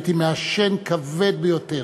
הייתי מעשן כבד ביותר.